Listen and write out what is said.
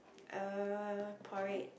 uh porridge